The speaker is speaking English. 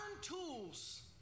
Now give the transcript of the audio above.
tools